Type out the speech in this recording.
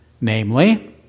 Namely